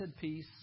peace